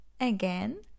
Again